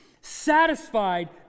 satisfied